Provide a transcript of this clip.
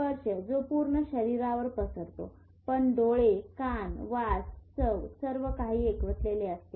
स्पर्श जो पूर्ण शरीरावर पसरतो पण डोळे कान वास चव सर्व काही एकवटलेले असते